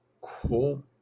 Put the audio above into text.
Cool